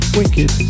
wicked